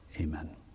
Amen